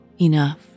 enough